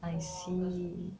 I see